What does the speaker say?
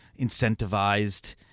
incentivized